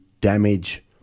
damage